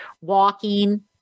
walking